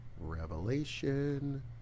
Revelation